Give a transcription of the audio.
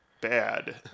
bad